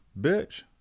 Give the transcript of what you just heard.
bitch